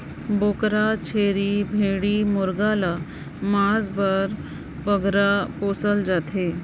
बोकरा, छेरी, भेंड़ी मुरगा ल मांस बर बगरा पोसल जाथे